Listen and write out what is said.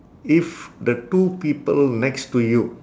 if the two people next to you